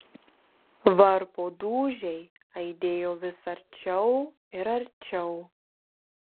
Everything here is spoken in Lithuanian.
varpo dūžiai aidėjo vis arčiau ir arčiau